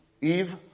Eve